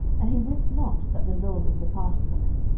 and he wist not that the lord was departed from him.